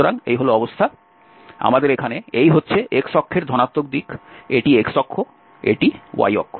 সুতরাং এই হল অবস্থা আমাদের এখানে এই হচ্ছে x অক্ষের ধনাত্মক দিক এটি x অক্ষ এটি y অক্ষ